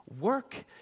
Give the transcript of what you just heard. work